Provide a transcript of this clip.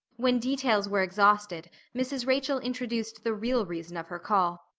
when details were exhausted mrs. rachel introduced the real reason of her call.